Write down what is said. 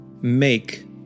make